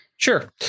Sure